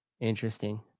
Interesting